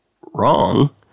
wrong